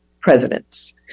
presidents